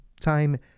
time